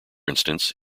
instance